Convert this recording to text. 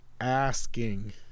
asking